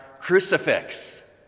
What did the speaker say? crucifix